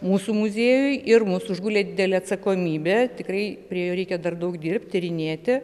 mūsų muziejui ir mus užgulė didelė atsakomybė tikrai prie jo reikia dar daug dirbt tyrinėti